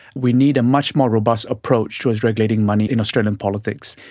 we need a much more robust approach towards regulating money in australian politics,